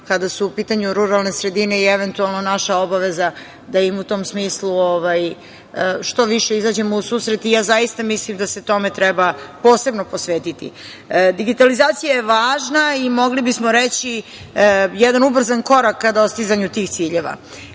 kada su u pitanju ruralne sredine i eventualno naša obaveza da im u tom smislu što više izađemo u susret i ja zaista mislim da se tome treba posebno posvetiti. Digitalizacija je važna i mogli bismo reći, jedan ubrzan korak ka dostizanju tih ciljeva.